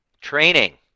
training